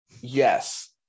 yes